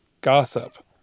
gossip